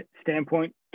standpoint